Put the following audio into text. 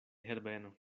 herbeno